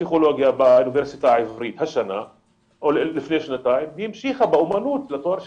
פסיכולוגיה באוניברסיטה העברית לפני שנתיים והמשיכה באומנות לתואר שני,